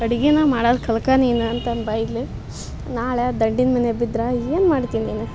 ಅಡ್ಗಿನು ಮಾಡದು ಕಲ್ತ್ಕ ನೀನು ಅಂತಂದ್ ಬೈದ್ಲು ನಾಳೆ ದಂಡಿನ ಮನ್ಯಾ ಬಿದ್ರ ಏನು ಮಾಡ್ತಿ ನೀನು